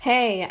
Hey